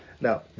Now